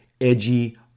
edgy